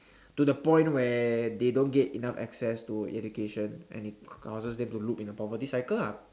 to the point where they don't get enough access to education and it causes them to loop in a poverty cycle ah